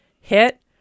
hit